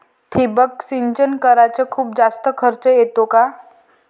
ठिबक सिंचन कराच खूप जास्त खर्च येतो का?